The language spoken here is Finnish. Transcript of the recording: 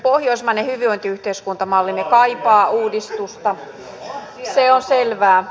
pohjoismainen hyvinvointiyhteiskuntamallimme kaipaa uudistusta se on selvää